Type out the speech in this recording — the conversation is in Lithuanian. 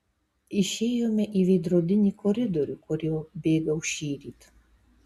išėjome į veidrodinį koridorių kuriuo bėgau šįryt